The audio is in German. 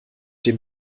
dem